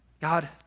God